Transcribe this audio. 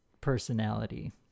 personality